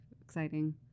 exciting